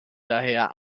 daher